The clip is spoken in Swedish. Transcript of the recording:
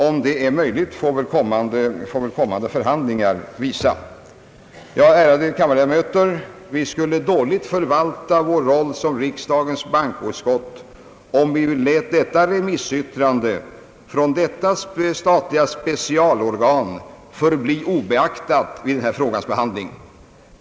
Om detta är möjligt, får väl kommande förhandlingar visa. Ja, ärade kammarledamöter! Vi skulle dåligt förvalta vår roll som riksdagens bankoutskott om vi lät detta remissyttrande från det statliga specialorganet förbli obeaktat vid denna frågas behandling.